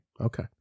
Okay